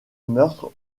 meurtres